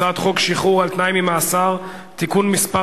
הצעת חוק שחרור על-תנאי ממאסר (תיקון מס'